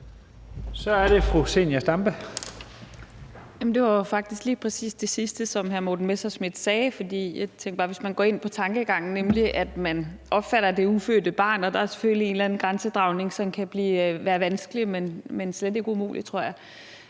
Kl. 14:41 Zenia Stampe (RV): Det var faktisk til lige præcis det sidste, som hr. Morten Messerschmidt sagde, for jeg tænkte bare, at hvis man går ind på tankegangen, nemlig hvordan man opfatter det ufødte barn – og der er der selvfølgelig en eller anden grænsedragning, som kan være vanskelig, men slet ikke umulig, tror jeg